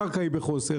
הקרקע היא בחוסר.